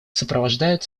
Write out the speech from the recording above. сопровождают